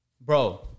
bro